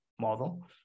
model